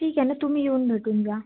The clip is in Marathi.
ठीक आहे ना तुम्ही येऊन भेटून जा